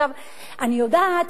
אני יודעת,